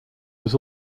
was